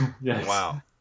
Wow